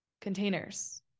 containers